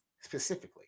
specifically